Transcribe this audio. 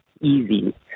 easy